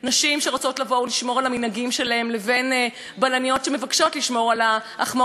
שלהן לבין בלניות שמבקשות לשמור על ההחמרות שהן מביאות אתן,